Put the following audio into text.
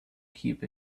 keep